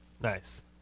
Nice